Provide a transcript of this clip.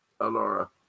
Alora